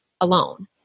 alone